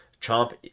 Chomp